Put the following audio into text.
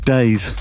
Days